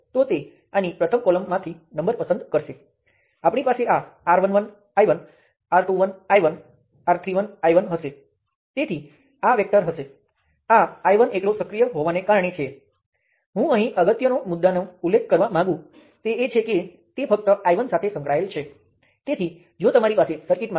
તો દાખલા તરીકે કહીએ કે આપણી પાસે ત્રણ પદોનું શ્રેણી સંયોજન હતું અને સમગ્ર શ્રેણી સંયોજનમાં મારી પાસે વોલ્ટેજ V1 હતો માત્ર અન્ય કેસથી અલગ પાડવા માટે હું તેને V1 કહીશ અને શ્રેણી સંયોજનમાં મારી પાસે વીજ કરંટ I1 હતો